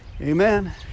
Amen